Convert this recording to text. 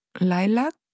Lilac